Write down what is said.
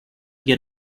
get